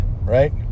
Right